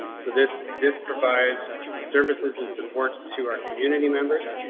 so this. this provides services and support to our community members.